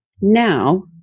Now